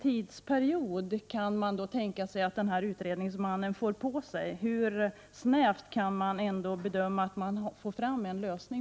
Jag vill fråga: Hur lång tid kan utredningsmannen tänkas få på sig? Hur snabbt kan frågan bedömas få en lösning?